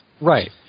Right